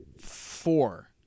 four